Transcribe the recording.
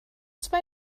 zwei